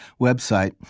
website